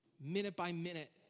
minute-by-minute